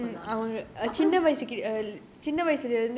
நல்ல நல்ல பழக்கம் தான்:nalla nalla palakkam thaan